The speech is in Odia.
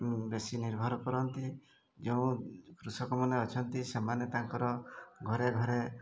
ବେଶୀ ନିର୍ଭର କରନ୍ତି ଯେଉଁ କୃଷକମାନେ ଅଛନ୍ତି ସେମାନେ ତାଙ୍କର ଘରେ ଘରେ